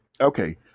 okay